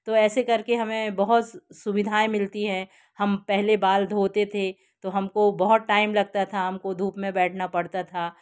तो ऐसे करके हमें बहुत सुविधाएँ मिलती हैं हम पहले बाल धोते थे तो हमको बहुत टाइम लगता था हमको धूप में बैठना पड़ता था